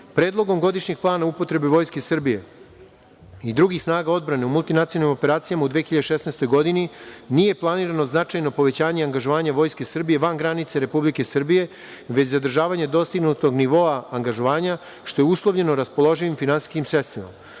poziva. Predlogom godišnjeg plana upotrebe Vojske Srbije i drugih snaga odbrane u multinacionalnim operacijama u 2016. godini nije planirano značajno povećanje angažovanja Vojske Srbije van granica Republike Srbije, već zadržavanje dostignutog nivoa angažovanja, što je uslovljeno raspoloživim finansijskim